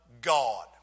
God